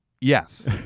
Yes